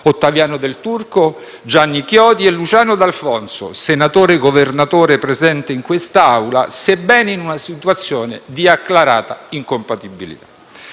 Ottaviano Del Turco, Gianni Chiodi e Luciano D'Alfonso, senatore governatore presente in quest'Aula, sebbene in una situazione di acclarata incompatibilità.